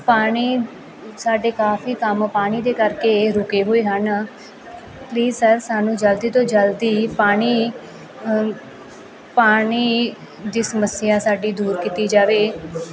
ਪਾਣੀ ਸਾਡੇ ਕਾਫੀ ਕੰਮ ਪਾਣੀ ਦੇ ਕਰਕੇ ਇਹ ਰੁਕੇ ਹੋਏ ਹਨ ਪਲੀਜ਼ ਸਰ ਸਾਨੂੰ ਜਲਦੀ ਤੋਂ ਜਲਦੀ ਪਾਣੀ ਪਾਣੀ ਦੀ ਸਮੱਸਿਆ ਸਾਡੀ ਦੂਰ ਕੀਤੀ ਜਾਵੇ